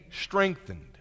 strengthened